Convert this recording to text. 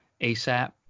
ASAP